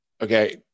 okay